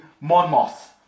Monmouth